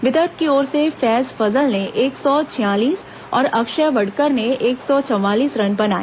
विदर्भ की ओर से फैज फजल ने एक सौ छियालीस और अक्षय वडकर ने एक सौ चवालीस रन बनाए